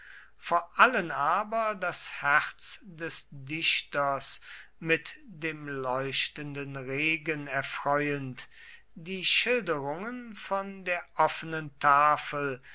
vor allen aber das herz des dichters mit dem leuchtenden regen erfreuend die schilderungen von der offenen tafel